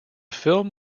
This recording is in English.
film